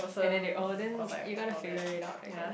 and then they all then you got to figure it up I guess